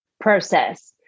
process